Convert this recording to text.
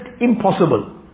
impossible